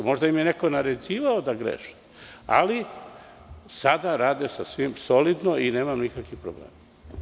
Možda im je neko naređivao da greše, ali sada rade sasvim solidno i nemam nikakvih problema.